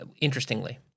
interestingly